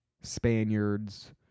Spaniards